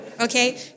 Okay